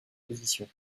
position